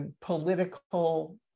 political